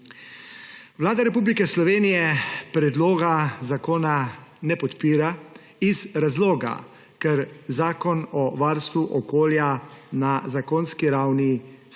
Vlada Republike Slovenije predloga zakona ne podpira iz razloga, ker Zakon o varstvu okolja na zakonski ravni